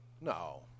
No